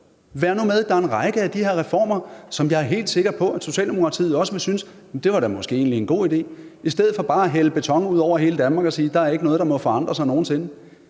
Vær nu med! Der er en række af de her reformer, som jeg er helt sikker på at Socialdemokratiet også vil synes måske egentlig er en god idé. I stedet for hælder man bare beton ud over hele Danmark og siger: Der er ikke noget, der må forandre sig nogen sinde.